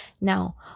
Now